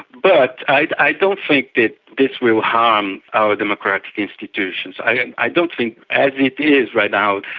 but i don't think that this will harm our democratic institutions. i and i don't think, as it is right now,